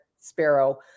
Sparrow